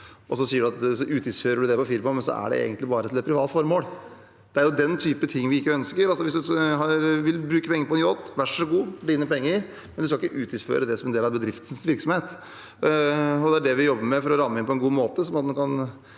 og så utgiftsfører man den på firmaet, mens den egentlig bare er til et privat formål. Det er den type ting vi ikke ønsker. Hvis du vil bruke penger på en yacht, vær så god, det er dine penger, men du skal ikke utgiftsføre den som en del av bedriftens virksomhet. Det er det vi jobber med å ramme inn på en god måte, sånn at